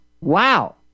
wow